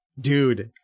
dude